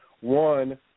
one